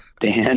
Dan